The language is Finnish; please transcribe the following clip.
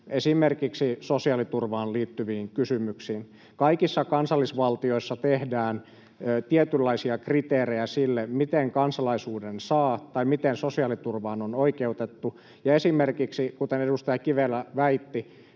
esimerkiksi sosiaaliturvaan liittyviin kysymyksiin. Kaikissa kansallisvaltioissa tehdään tietynlaisia kriteerejä sille, miten kansalaisuuden saa tai miten sosiaaliturvaan on oikeutettu, ja esimerkiksi, toisin kuin edustaja Kivelä väitti,